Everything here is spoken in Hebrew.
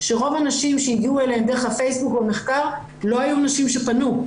שרוב הנשים שהגיעו אליהן דרך הפייסבוק במחקר לא היו נשים שפנו,